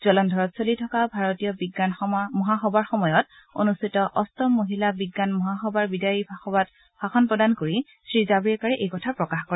জলদ্ধৰত চলি থকা ভাৰতীয় বিজ্ঞান মহাসভাৰ সময়ত অনুষ্ঠিত অষ্টম মহিলা বিজ্ঞান মহাসভাৰ বিদায়ী সভাত ভাষণ প্ৰদান কৰি শ্ৰীজাম্ৰেকাৰে এই কথা প্ৰকাশ কৰে